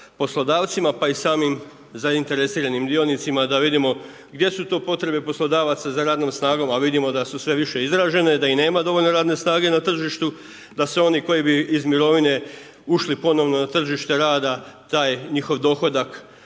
poslodavcima pa i samim zainteresiranim dionicima da vidimo gdje su to potrebe poslodavaca za radnom snagom a vidimo da su sve više izražene da i nema dovoljno radne snage na tržištu, da se oni koji bi iz mirovine ušli ponovno na tržište rada taj njihov dohodak